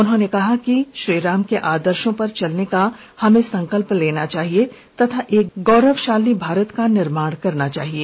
उन्होंने कहा कि हमें श्रीराम के आदर्शो पर चलने का संकल्प लेना चाहिए तथा एक गौरवशाली भारत का निर्माण करना चाहिए